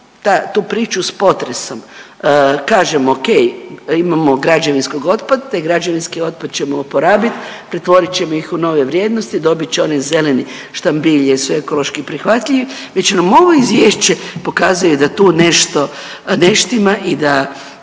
tu priču s potresom kažemo ok, imamo građevinskog otpada taj građevinski otpad ćemo oporabit, pretvorit ćemo ih u nove vrijednosti dobit će onaj zeleni štambilj jer su ekološki prihvatljivi već nam ovo izvješće pokazuje da tu nešto ne štima i da